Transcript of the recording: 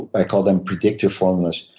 i call them predictor formulas.